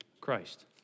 Christ